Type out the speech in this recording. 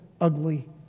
ugly